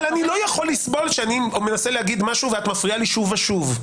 אבל אני לא יכול לסבול שאני מנסה לומר משהו ואת מפריעה לי שוב ושוב.